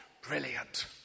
Brilliant